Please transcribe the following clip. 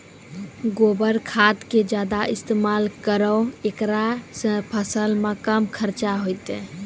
गोबर खाद के ज्यादा इस्तेमाल करौ ऐकरा से फसल मे कम खर्च होईतै?